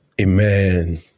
Amen